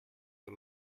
the